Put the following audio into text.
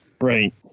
Right